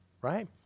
right